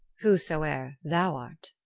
who so ere thou art